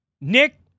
Nick